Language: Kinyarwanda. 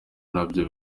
nabyo